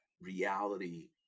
reality